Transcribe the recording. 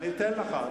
אני אתן לך.